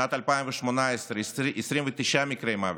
שנת 2018, 29 מקרי מוות,